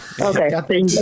Okay